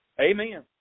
Amen